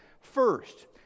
First